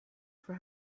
for